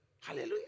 Hallelujah